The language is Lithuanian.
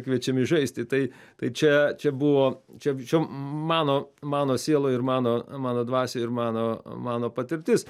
kviečiami žaisti tai tai čia čia buvo čia čia mano mano siela ir mano mano dvasia ir mano mano patirtis